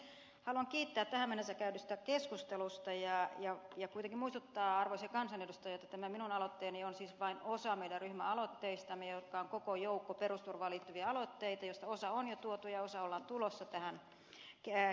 haluan kiittää tähän mennessä käydystä keskustelusta ja kuitenkin muistuttaa arvoisia kansanedustajia että tämä minun aloitteeni on siis vain osa meidän ryhmäaloitteistamme joita on koko joukko perusturvaan liittyviä aloitteita joista osa on jo tuotu ja osa on tulossa keskusteluun